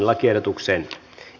lakiehdotuksen